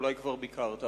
אולי כבר ביקרת,